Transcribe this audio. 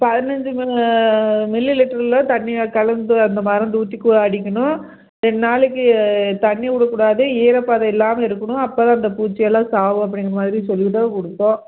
பதினைஞ்சு மில்லிலிட்டரில் தண்ணியை கலந்து அந்த மருந்து ஊற்றி அடிக்கணும் ரெண்டு நாளைக்கு தண்ணி விடக்கூடாது ஈரப்பதம் இல்லாமல் இருக்கணும் அப்போ தான் இந்த பூச்சி எல்லாம் சாகும் அப்படிங்கிற மாதிரி சொல்லித்தான் கொடுத்தோம்